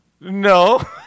No